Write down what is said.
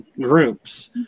groups